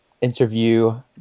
interview